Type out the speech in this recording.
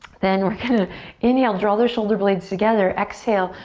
then we're gonna inhale, draw their shoulder blades together. exhale,